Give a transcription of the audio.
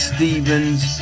Stevens